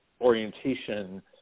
orientation